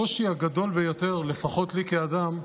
הקושי הגדול ביותר, לפחות לי כאדם,